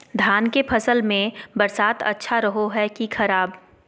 धान के फसल में बरसात अच्छा रहो है कि खराब?